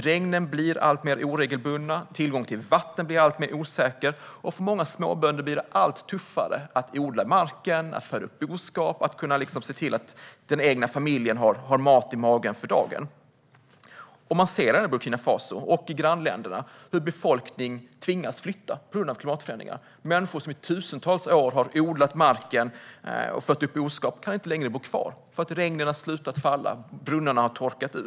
Regnen blir alltmer oregelbundna, tillgången till vatten är alltmer osäker och för många småbönder blir det allt tuffare att odla marken, föda upp boskap och kunna se till att den egna familjen har mat i magen för dagen. Man ser i Burkina Faso och i grannländerna hur folk tvingas flytta på grund av klimatförändringarna. Det är människor som i tusentals år har odlat marken och fött upp boskap, men de kan inte längre bo kvar eftersom regnen har slutat falla och brunnarna har torkat ut.